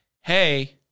hey